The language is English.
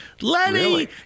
Lenny